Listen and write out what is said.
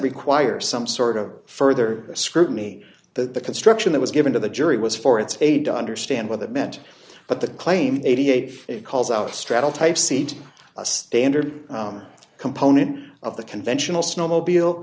require some sort of further scrutiny that the construction that was given to the jury was for its aid to understand what it meant but the claimed eighty eight dollars calls out straddle type seat a standard component of the conventional snowmobile